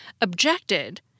objected